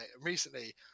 recently